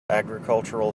agricultural